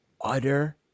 utter